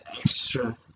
Extra